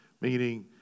meaning